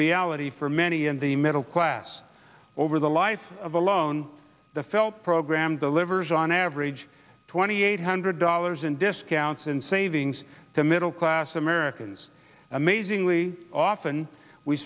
reality for many in the middle class over the life of the loan the felt program delivers on average twenty eight hundred dollars in discounts and savings to middle class americans amazingly often we